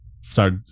start